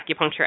acupuncture